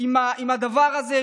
עם הדבר הזה,